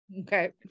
Okay